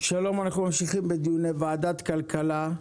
אנחנו ממשיכים בדיוני ועדת הכלכלה.